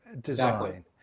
design